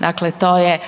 Dakle, to je